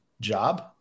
job